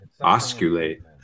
osculate